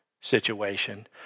situation